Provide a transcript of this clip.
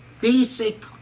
basic